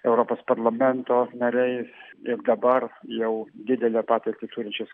europos parlamento nariais ir dabar jau didelę patirtį turinčius